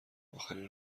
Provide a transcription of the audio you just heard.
اخرین